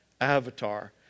Avatar